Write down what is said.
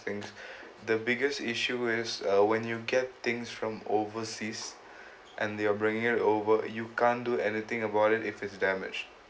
things the biggest issue is uh when you get things from overseas and they are bringing it over you can't do anything about it if it's damaged